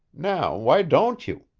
now, why don't you?